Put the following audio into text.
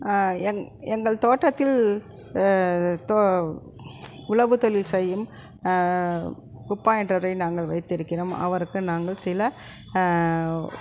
எங் எங்கள் தோட்டத்தில் தோ உழவு தொழில் செய்யும் குப்பா என்கிறவரை நாங்கள் வைத்திருக்கிறோம் அவருக்கு நாங்கள் சில